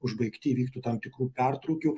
užbaigti įvyktų tam tikrų pertrūkių